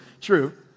true